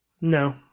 No